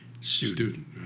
Student